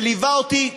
שליווה אותי,